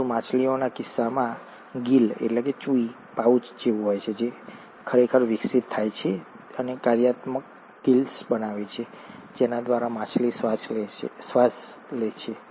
પરંતુ માછલીઓના કિસ્સામાં ગિલચુંઈ પાઉચ ખરેખર વિકસિત થાય છે અને કાર્યાત્મક ગિલ્સ બનાવે છે જેના દ્વારા માછલી શ્વાસ લે છે